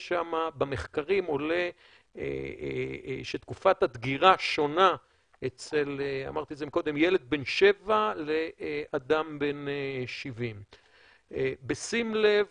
במחקרים עולה שתקופת הדגירה שונה אצל ילד בן שבע לאדם בן 70. בשים לב